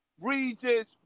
Regis